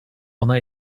ona